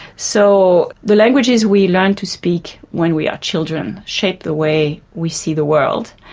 so the languages we learn to speak when we are children shape the way we see the world,